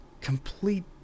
complete